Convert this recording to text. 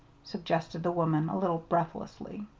suggested the woman, a little breathlessly.